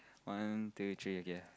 one two three okay